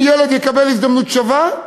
אם ילד יקבל הזדמנות שווה,